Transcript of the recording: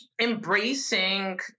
embracing